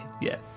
Yes